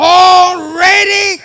already